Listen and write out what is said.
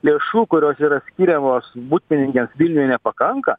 lėšų kurios yra skiriamos butpinigiams vilniuje nepakanka